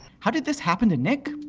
how did this happen to nick?